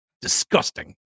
Disgusting